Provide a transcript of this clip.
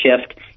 shift